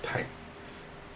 time